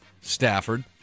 Stafford